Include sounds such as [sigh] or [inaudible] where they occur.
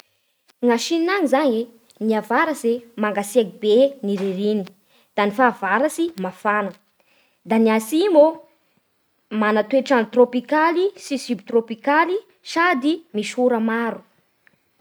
Agny Chine agny izagny e ny avaratsy e mangatsiaky be [noise] ny ririny, da ny fahavaratsy mafana, da ny atsimo ô mana toetra'andro trôpikaly sy sub-trôpikaly sady misy ora maro.